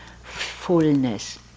fullness